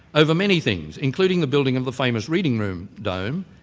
over many things, including the building of the famous reading room dome,